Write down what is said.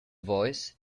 voice